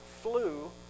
Flew